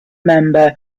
member